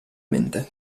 mente